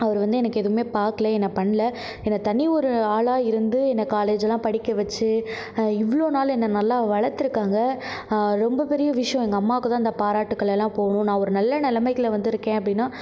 அவர் வந்து எனக்கு எதுவுமே பார்க்ல என்ன பண்ணல என்ன தனி ஒரு ஆளாக இருந்து என்ன காலேஜெல்லாம் படிக்கச் வச்சு இவ்வளோ நாள் என்ன நல்லா வளர்த்துருக்காங்க ரொம்ப பெரிய விஷயம் எங்கள் அம்மாவுக்கு தான் இந்த பாராட்டுக்கள் எல்லாம் போவணும் நான் ஒரு நல்ல நிலமையில வந்துயிருக்கேன் அப்படின்னா